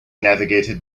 navigated